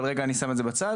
אבל רגע אני שם את זה בצד.